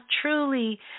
truly